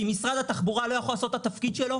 משרד התחבורה לא יכול לעשות את התפקיד שלו,